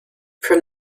from